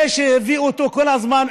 זה שהביאו אותו כל הזמן,